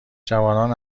جوانان